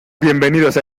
bienvenidos